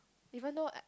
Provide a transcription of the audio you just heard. even though I